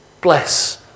bless